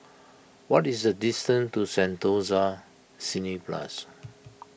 what is the distance to Sentosa Cineblast